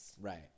Right